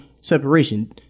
Separation